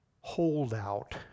holdout